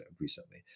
recently